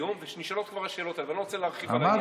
אגיד